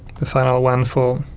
the final one for